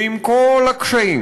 ועם כל הקשיים,